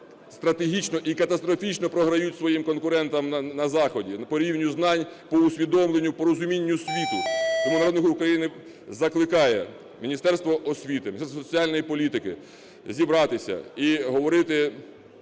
стратегічно і катастрофічно програють своїм конкурентам на Заході по рівню знань, по усвідомленню, по розумінню світу. Тому "Народний рук України" закликає Міністерство освіти, Міністерство соціальної політики зібратися і говорити